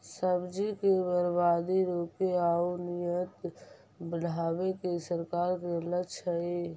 सब्जि के बर्बादी रोके आउ निर्यात बढ़ावे के सरकार के लक्ष्य हइ